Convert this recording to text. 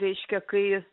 reiškia kai